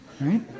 Right